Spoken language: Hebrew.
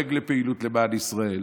דואג לפעילות למען ישראל.